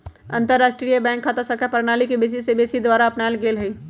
अंतरराष्ट्रीय बैंक खता संख्या प्रणाली के बेशी से बेशी देश द्वारा अपनाएल गेल हइ